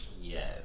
Yes